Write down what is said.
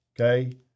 okay